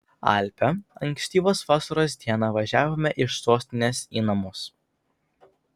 alpią ankstyvos vasaros dieną važiavome iš sostinės į namus